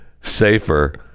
Safer